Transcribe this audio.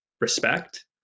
respect